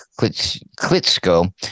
klitsko